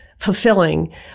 fulfilling